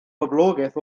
boblogaeth